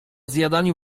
zjadaniu